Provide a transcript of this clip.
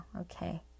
okay